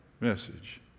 message